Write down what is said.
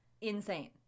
insane